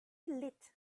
lit